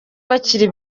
bakiri